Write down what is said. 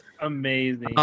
amazing